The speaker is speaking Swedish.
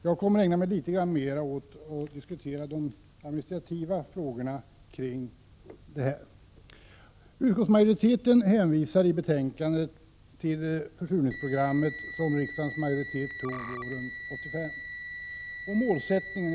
Jag kommer att ägna mig åt att diskutera de administrativa frågorna kring detta. Utskottsmajoriteten hänvisar i betänkandet till det försurningsprogram som riksdagens majoritet antog våren 1985.